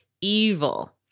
evil